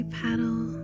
paddle